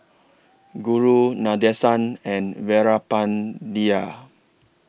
Guru Nadesan and Veerapandiya